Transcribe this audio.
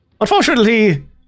unfortunately